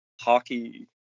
hockey